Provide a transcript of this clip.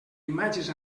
imatges